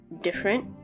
different